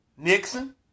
Nixon